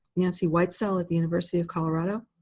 nancy whitesell at the university of colorado.